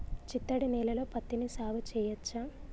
చిత్తడి నేలలో పత్తిని సాగు చేయచ్చా?